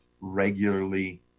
regularly